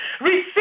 Receive